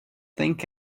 think